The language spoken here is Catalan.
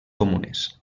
comunes